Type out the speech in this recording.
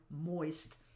moist